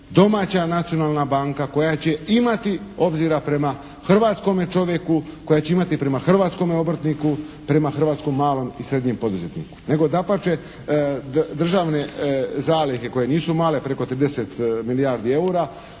domaća nacionalna banka koja će imati obzira prema hrvatskome čovjeku, koja će imati prema hrvatskome obrtniku, prema hrvatskom malom i srednjem poduzetniku. Nego dapače državne zalihe koje nisu male, preko 30 milijardi eura